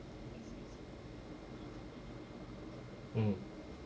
mm